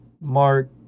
Mark